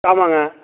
ஆமாங்க